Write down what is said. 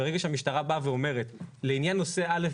ברגע שהמשטרה באה ואומרת לעניין נושא א',